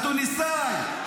התוניסאי?